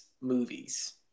movies